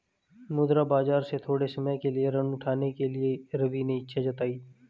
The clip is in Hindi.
मुद्रा बाजार से थोड़े समय के लिए ऋण उठाने के लिए रवि ने इच्छा जताई